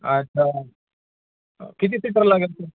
अच्छा किती सीटर लागेल स